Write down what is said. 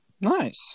Nice